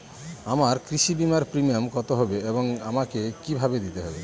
আমার কৃষি বিমার প্রিমিয়াম কত হবে এবং আমাকে কি ভাবে দিতে হবে?